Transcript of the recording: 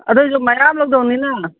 ꯑꯗꯣꯏꯁꯨ ꯃꯌꯥꯝ ꯂꯧꯗꯣꯏꯅꯤꯅ